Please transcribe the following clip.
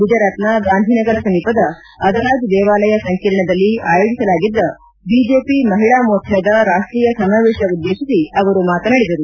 ಗುಜರಾತ್ನ ಗಾಂಧಿನಗರ ಸಮೀಪದ ಅದಲಾಜ್ ದೇವಾಲಯ ಸಂಕೀರ್ಣದಲ್ಲಿ ಆಯೋಜಿಸಲಾಗಿದ್ದ ಬಿಜೆಪಿ ಮಹಿಳಾ ಮೋರ್ಚಾದ ರಾಷ್ಷೀಯ ಸಮಾವೇಶ ಉದ್ದೇಶಿಸಿ ಅವರು ಮಾತನಾಡಿದರು